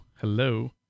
Hello